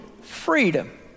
freedom